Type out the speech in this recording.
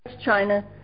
China